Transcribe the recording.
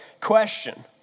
question